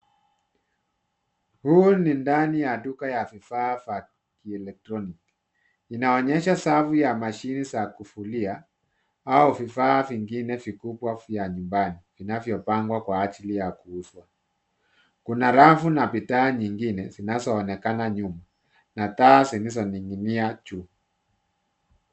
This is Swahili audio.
Hii ni ndani ya duka la vifaa vya elektroniki, inaonyesha safu ya mashine za kufulia au vifaa vingine vikubwa vya nyumbani, vinavyopangwa ka ajili ya kuuzwa. Kuna rafu nabidhaa zingine zinazoonekana nyuma na taa zilizoning'inia juu.